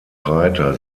reiter